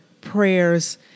prayers